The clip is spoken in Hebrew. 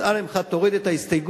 אז אנא ממך, תוריד את ההסתייגות,